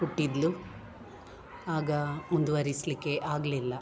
ಹುಟ್ಟಿದ್ದಳು ಆಗ ಮುಂದುವರಿಸ್ಲಿಕ್ಕೆ ಆಗಲಿಲ್ಲ